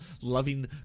loving